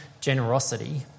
generosity